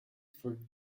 for